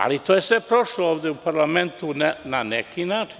Ali, to je sve prošlo ovde u parlamentu na neki način.